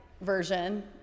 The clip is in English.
version